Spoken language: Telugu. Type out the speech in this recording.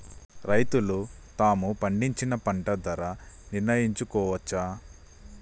రైతులు తాము పండించిన పంట ధర నిర్ణయించుకోవచ్చా?